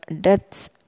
deaths